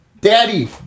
Daddy